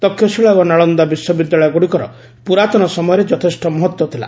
ତକ୍ଷଶିଳା ଓ ନାଳନ୍ଦା ବିଶ୍ୱବିଦ୍ୟାଳୟଗୁଡ଼ିକର ପୁରାତନ ସମୟରେ ଯଥେଷ୍ଟ ମହତ୍ତ୍ୱ ଥିଲା